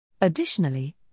Additionally